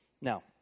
Now